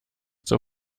zur